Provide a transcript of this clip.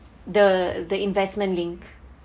the the investment link